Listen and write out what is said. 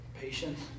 Patience